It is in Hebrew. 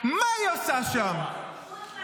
מה זה שייך למשרד התחבורה?